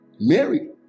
Mary